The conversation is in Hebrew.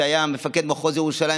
שהיה מפקד מחוז ירושלים,